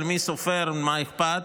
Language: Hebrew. אבל מי סופר, מה אכפת,